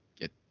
get